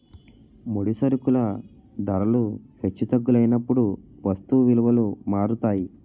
ముడి సరుకుల ధరలు హెచ్చు తగ్గులైనప్పుడు వస్తువు విలువలు మారుతాయి